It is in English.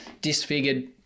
disfigured